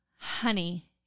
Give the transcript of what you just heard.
Honey